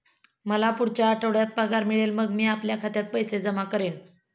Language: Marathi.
मला पुढच्या आठवड्यात पगार मिळेल मग मी आपल्या खात्यात पैसे जमा करेन